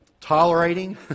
tolerating